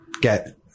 get